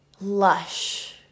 lush